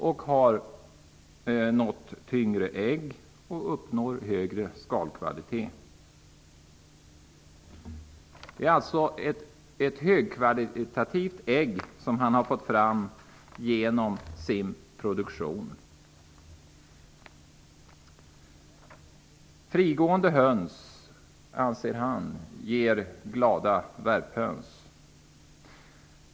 Äggen är tyngre, och kvaliteten på skalen är högre. Han har fått fram ett högkvalitativt ägg genom sin produktion. Han anser att frigående höns blir glada värphöns.